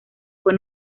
fue